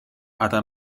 other